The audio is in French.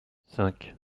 cinq